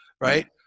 right